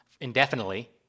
indefinitely